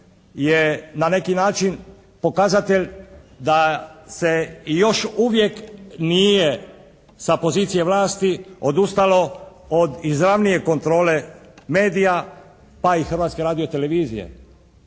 je na neki način pokazatelj da se i još uvijek nije sa pozicije vlasti odustalo od izravnije kontrole medija pa i Hrvatske radiotelevizije,